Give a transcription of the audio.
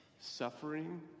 suffering